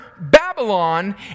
Babylon